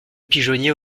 pigeonniers